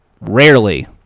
rarely